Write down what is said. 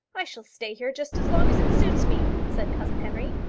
i shall stay here just as long as it suits me, said cousin henry.